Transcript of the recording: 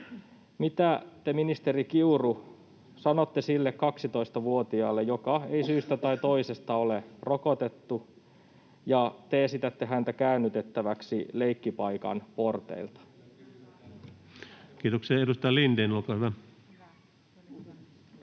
Mitä te, ministeri Kiuru, sanotte sille 12-vuotiaalle, joka ei syystä tai toisesta ole rokotettu ja jota te esitätte käännytettäväksi leikkipaikan porteilta? [Speech 58] Speaker: Ensimmäinen